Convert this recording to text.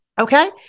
Okay